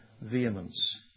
vehemence